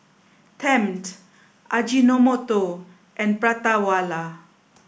Tempt Ajinomoto and Prata Wala